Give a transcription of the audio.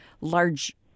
large